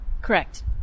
Correct